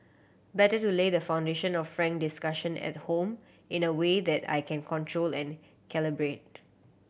better to lay the foundation of frank discussion at home in a way that I can control and calibrate